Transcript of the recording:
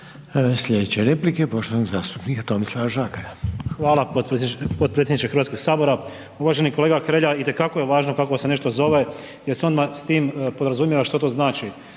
Slijedeća replika je poštovanog zastupnika Tomislav Žagara. **Žagar, Tomislav (HSU)** Hvala potpredsjedniče Hrvatskog sabora. Uvaženi kolega Hrelja, itekako je važno kak se nešto zove jer se odmah s tim podrazumijeva što to znači.